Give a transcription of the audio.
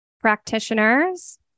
practitioners